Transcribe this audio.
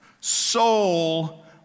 soul